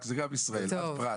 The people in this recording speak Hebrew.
הפרת.